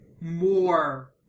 more